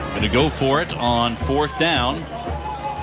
to go for it on fourth down